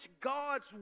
God's